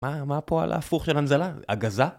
מה הפועל ההפוך של הנזלה? הגזה?